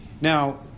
Now